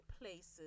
places